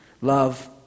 Love